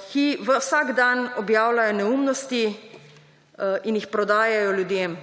ki vsak dan objavljajo neumnosti in jih prodajajo ljudem.